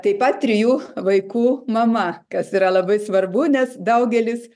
taip pat trijų vaikų mama kas yra labai svarbu nes daugelis